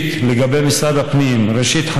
לגבי משרד הפנים: ראשית,